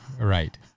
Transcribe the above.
right